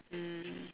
mm